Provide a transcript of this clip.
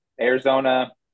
Arizona